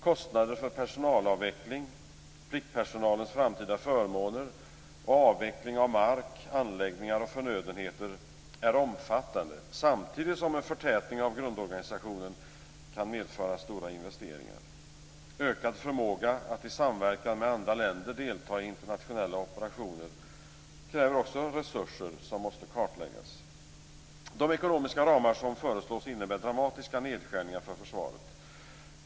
Kostnader för personalavveckling, pliktpersonalens framtida förmåner och avveckling av mark, anläggningar och förnödenheter är omfattande samtidigt som en förtätning av grundorganisationen kan medföra stora investeringar. Ökad förmåga att i samverkan med andra länder delta i internationella operationer kräver resurser som måste kartläggas. De ekonomiska ramar som föreslås innebär dramatiska nedskärningar för försvaret.